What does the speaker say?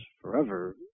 forever